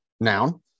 Noun